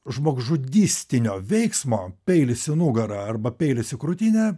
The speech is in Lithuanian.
žmogžudystinio veiksmo peilis į nugarą arba peilis į krūtinę